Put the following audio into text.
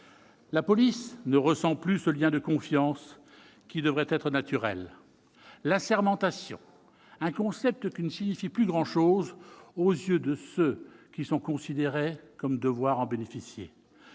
La police ne ressent plus ce lien de confiance qui devrait être naturel. L'assermentation ? Un concept qui ne signifie plus grand-chose aux yeux de ceux qui sont considérés comme devant en bénéficier.